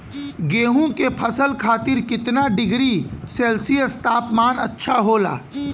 गेहूँ के फसल खातीर कितना डिग्री सेल्सीयस तापमान अच्छा होला?